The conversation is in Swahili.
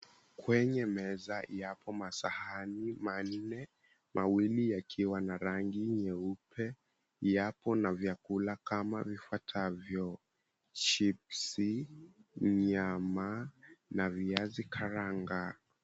Kwenye meza yapo masahani manne, mawili yakiwa na rangi nyeupe. Yapo na vyakula kama vifuatavyo: chipsi, nyama, na viazi karanga.